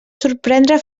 sorprendre